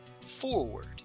forward